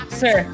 sir